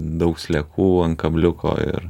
daug sliekų ant kabliuko ir